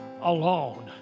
alone